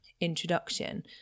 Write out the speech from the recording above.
introduction